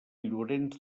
llorenç